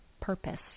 purpose